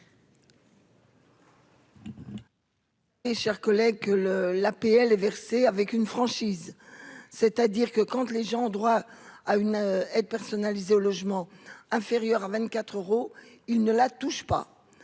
chers collègues, que le l'APL versée avec une franchise, c'est-à-dire que compte, les gens ont droit à une aide personnalisée au logement inférieure à 24 euros, il ne la touche pas,